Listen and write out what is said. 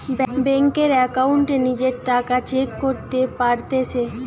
বেংকের একাউন্টে নিজের টাকা চেক করতে পারতেছি